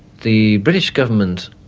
the british government,